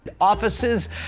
offices